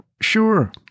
sure